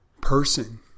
person